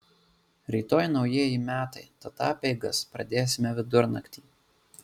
rytoj naujieji metai tad apeigas pradėsime vidurnaktį